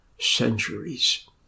centuries